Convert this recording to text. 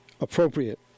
appropriate